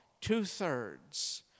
two-thirds